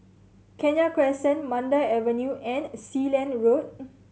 Kenya Crescent Mandai Avenue and Sealand Road